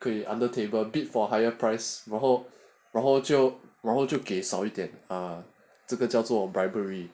可以 undertaker bid for higher price 然后然后就然后就给少一点这个叫做 bribery